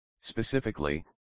Specifically